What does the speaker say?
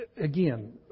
again